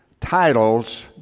titles